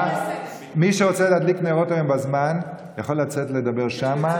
מי שרוצה להדליק נרות היום בזמן יכול לצאת לדבר שם.